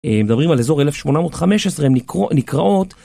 הם מדברים על אזור 1815, הם נקראות...